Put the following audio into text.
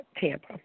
Tampa